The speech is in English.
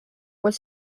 was